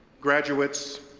graduates,